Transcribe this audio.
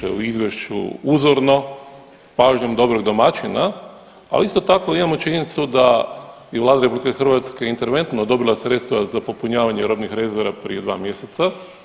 u izvješću uzorno pažnjom dobrog domaćina, ali isto tako imamo činjenicu da je Vlada RH interventno dobila sredstva za popunjavanje robnih rezervi prije dva mjeseca.